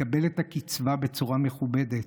לקבל את הקצבה בצורה מכובדת,